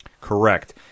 Correct